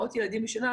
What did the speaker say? עם מאות ילדים בשנה,